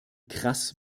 krass